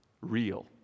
real